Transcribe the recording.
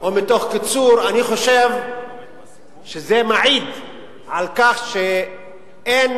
או מתוך קיצור, אני חושב שזה מעיד על כך שאין